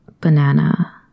banana